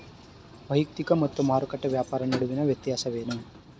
ವೈಯಕ್ತಿಕ ಮತ್ತು ಮಾರುಕಟ್ಟೆ ವ್ಯಾಪಾರ ನಡುವಿನ ವ್ಯತ್ಯಾಸವೇನು?